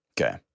Okay